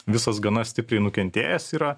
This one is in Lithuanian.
visas gana stipriai nukentėjęs yra